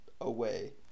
away